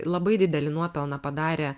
labai didelį nuopelną padarė